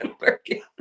working